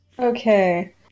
Okay